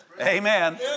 Amen